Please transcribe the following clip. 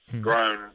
grown